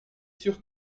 sûr